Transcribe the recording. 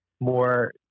more